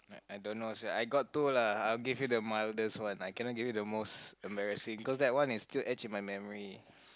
I don't know sia I got two lah I'll give you the mile that's one I cannot give you the most embarrassing cause that one is still hatch in my memory